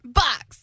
box